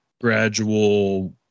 gradual